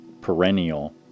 perennial